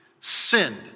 sinned